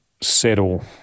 settle